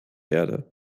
erde